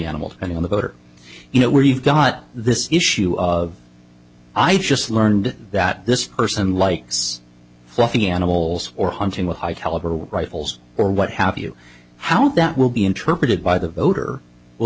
animal and in the voter you know where you've got this issue of i just learned that this person likes fluffy animals or hunting with high caliber rifles or what have you how that will be interpreted by the voter will